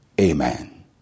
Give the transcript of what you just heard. Amen